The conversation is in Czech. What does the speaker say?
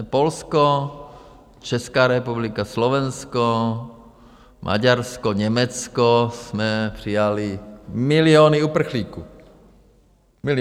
Polsko, Česká republika, Slovensko, Maďarsko, Německo jsme přijali miliony uprchlíků, miliony.